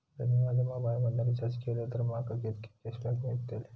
जर मी माझ्या मोबाईल मधन रिचार्ज केलय तर माका कितके कॅशबॅक मेळतले?